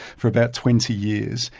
for about twenty years,